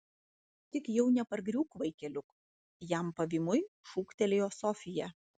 tik jau nepargriūk vaikeliuk jam pavymui šūktelėjo sofija